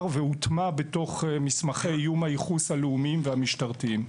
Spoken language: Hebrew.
והוטמע בתוך מסמכי איום הייחוס הלאומיים והמשטרתיים.